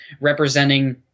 representing